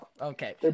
okay